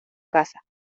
casa